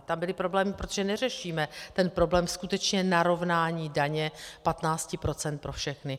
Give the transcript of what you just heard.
Tam byly problémy, protože neřešíme ten problém skutečně narovnání daně 15 % pro všechny.